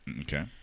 okay